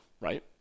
right